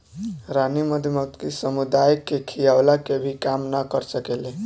रानी मधुमक्खी समुदाय के खियवला के भी काम ना कर सकेले